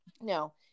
No